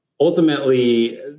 Ultimately